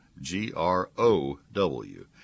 G-R-O-W